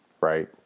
right